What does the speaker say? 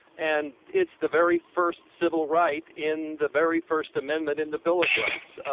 and it's the very first civil right in the very first amendment in the bill of rights.